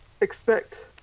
expect